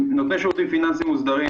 נותני שירותים פיננסיים מוסדרים,